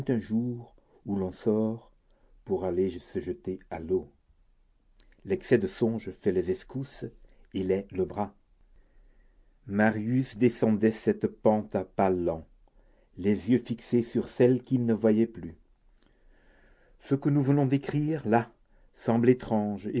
un jour où l'on sort pour aller se jeter à l'eau l'excès de songe fait les escousse et les lebras marius descendait cette pente à pas lents les yeux fixés sur celle qu'il ne voyait plus ce que nous venons d'écrire là semble étrange